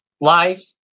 life